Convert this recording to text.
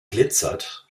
glitzert